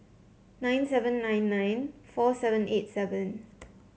nine seven nine nine four seven eight seven